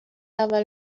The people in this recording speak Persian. اول